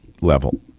level